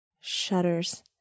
Shudders